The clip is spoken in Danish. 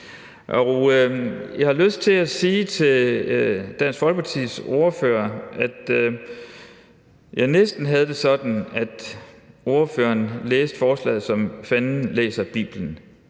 Jeg har lyst til at sige til Dansk Folkepartis ordfører, at jeg næsten havde det sådan, at ordføreren læste forslaget, som Fanden læser Bibelen,